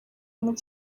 muri